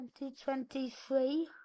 2023